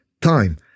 time